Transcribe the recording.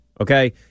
Okay